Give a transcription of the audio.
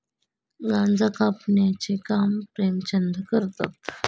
गांजा कापण्याचे काम प्रेमचंद करतात